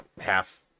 half